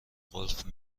قفل